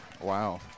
Wow